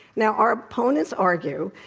now, our opponents argue,